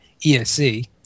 ESC